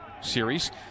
series